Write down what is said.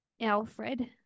Alfred